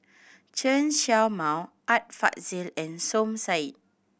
Chen Show Mao Art Fazil and Som Said